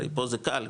הרי פה זה קל,